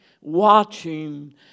watching